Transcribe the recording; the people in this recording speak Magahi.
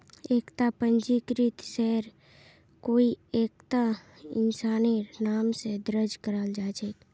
एकता पंजीकृत शेयर कोई एकता इंसानेर नाम स दर्ज कराल जा छेक